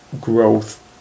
growth